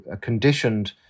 conditioned